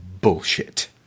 bullshit